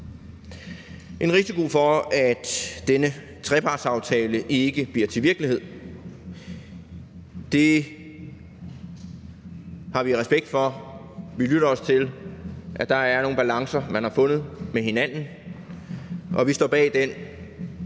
en risiko for, at denne trepartsaftale ikke bliver til virkelighed. Det har vi respekt for. Vi lytter os til, at der er nogle balancer, man har fundet med hinanden, og vi står bag den